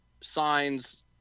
signs –